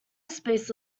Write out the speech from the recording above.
space